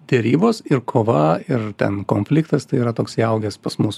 derybos ir kova ir ten konfliktas tai yra toks įaugęs pas mus